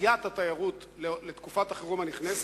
תעשיית התיירות לתקופת החירום הנכנסת?